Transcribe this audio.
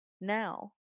now